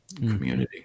community